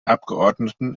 abgeordneten